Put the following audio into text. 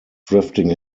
drifting